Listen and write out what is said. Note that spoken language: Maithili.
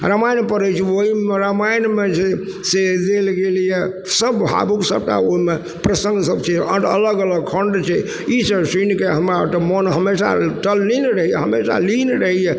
रामायण पढ़य छी ओइमे रामायणमे जे छै से लेल गेल यऽ सब सब टा ओइमे प्रसङ्ग सब छै अलग अलग खण्ड छै ईसब सुनिके हमरा तऽ मोन हमेशा तल्लीन रहइए हमेशा लीन रहइए